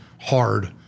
hard